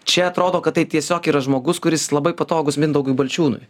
čia atrodo kad tai tiesiog yra žmogus kuris labai patogus mindaugui balčiūnui